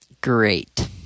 great—